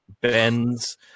bends